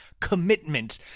commitment